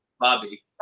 Bobby